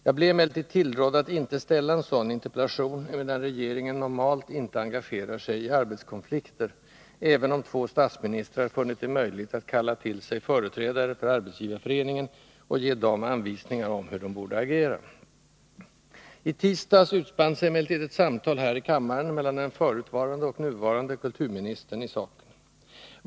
Jag blev emellertid tillrådd att inte framställa en sådan interpellation, emedan regeringen normalt inte engagerar sig i arbetskonflikter — även om två statsministrar funnit det möjligt att kalla till sig företrädare för Arbetsgivareföreningen och ge dem anvisningar om hur de borde agera. I tisdags utspann sig emellertid ett samtal i saken här i kammaren mellan den förutvarande och den nuvarande kulturministern.